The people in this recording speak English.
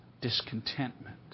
Discontentment